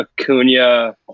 Acuna